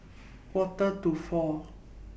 Quarter to four